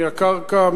מהקרקע,